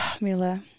Mila